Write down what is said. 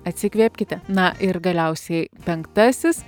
atsikvėpkite na ir galiausiai penktasis